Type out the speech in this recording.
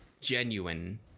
genuine